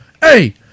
hey